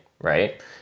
right